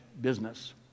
business